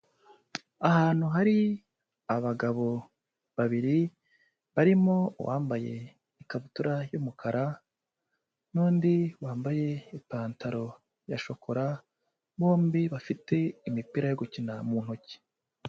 Ahantu hari abagabo babiri barimo uwambaye ikabutura y'umukara, n'undi wambaye ipantaro ya shokora, bombi bafite imipira yo gukina mu ntoki.